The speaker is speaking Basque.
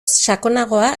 sakonagoa